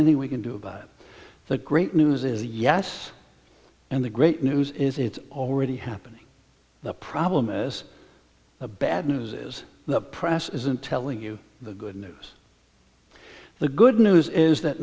any we can do about it the great news is yes and the great news is it's already happening the problem as a bad news is the press isn't telling you the good news the good news is that